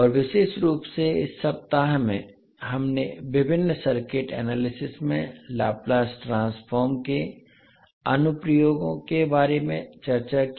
और विशेष रूप से इस सप्ताह में हमने विभिन्न सर्किट एनालिसिस में लाप्लास ट्रांसफॉर्म के अनुप्रयोग के बारे में चर्चा की